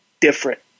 different